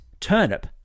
turnip